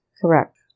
Correct